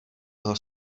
toho